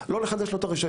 שלא לחדש לו את הרישיון,